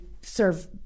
serve